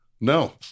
No